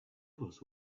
was